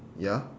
ya